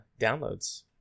downloads